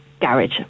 Garage